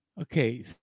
Okay